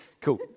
Cool